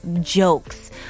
jokes